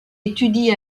étudie